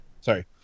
sorry